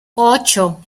ocho